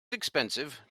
expensive